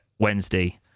Wednesday